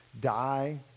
die